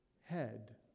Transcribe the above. head